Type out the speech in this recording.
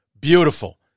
Beautiful